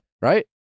right